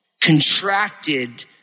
contracted